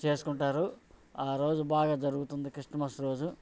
చేసుకుంటారు ఆరోజు బాగా జరుగుతుంది క్రిస్మస్ రోజు